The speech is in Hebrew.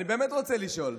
ואני באמת רוצה לשאול: